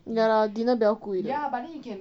ya lah dinner 比较贵